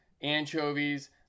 anchovies